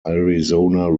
arizona